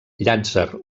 llàtzer